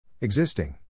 Existing